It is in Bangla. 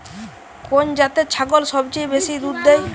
কোন জাতের ছাগল সবচেয়ে বেশি দুধ দেয়?